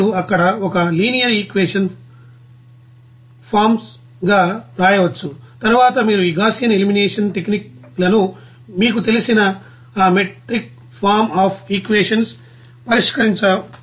మీరు అక్కడ ఒక లినియర్ ఈక్వేషన్ ఫార్మ్స్ గావ్రాయవచ్చు తరువాత మీరు ఈ గౌసియన్ ఎలిమినేషన్ టెక్నిక్ లను మీకు తెలిసిన ఆ మెట్రిక్ ఫార్మ్ అఫ్ ఈక్వేషన్స్ పరిష్కరించవచ్చు